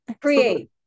create